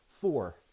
four